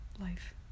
life